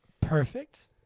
Perfect